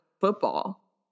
football